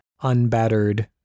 unbattered